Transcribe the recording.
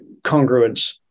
congruence